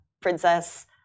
princess